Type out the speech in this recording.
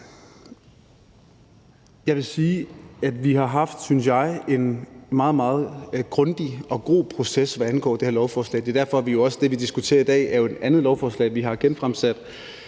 Jeg vil sige, at vi har haft – synes jeg – en meget, meget grundig og god proces, hvad angår det her lovforslag. Det er også derfor, at det, vi diskuterer i dag, jo er et andet lovforslag, som vi har genfremsat,